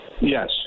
Yes